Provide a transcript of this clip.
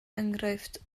enghraifft